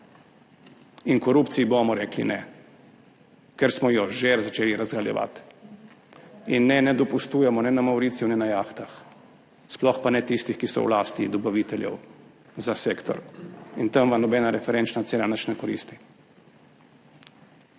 In korupciji bomo rekli ne, ker smo jo že začeli razgaljati. In ne, ne dopustujemo ne na Mavriciju ne na jahtah, sploh pa ne tistih, ki so v lasti dobaviteljev za sektor, tam vam nobena referenčna cena nič ne koristi.